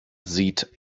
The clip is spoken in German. sieht